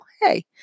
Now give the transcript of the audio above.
hey